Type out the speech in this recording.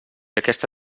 aquesta